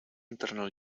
internal